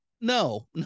no